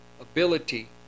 ability